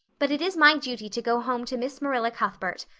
but it is my duty to go home to miss marilla cuthbert.